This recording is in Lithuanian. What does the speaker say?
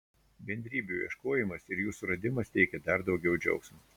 bendrybių ieškojimas ir jų suradimas teikia dar daugiau džiaugsmo